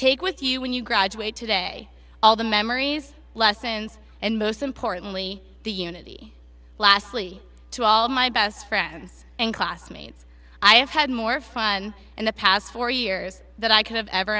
take with you when you graduate today all the memories lessons and most importantly the unity lastly to all my best friends and classmates i have had more fun in the past four years that i could have ever